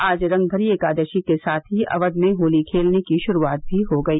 आज रंगभरी एकादशी के साथ ही अक्व में होली खेलने की शुरुआत भी हो गई